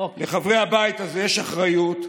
לחברי הבית הזה יש אחריות.